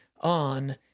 on